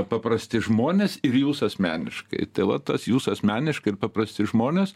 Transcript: paprasti žmonės ir jūs asmeniškai tai va tas jūs asmeniškai ir paprasti žmonės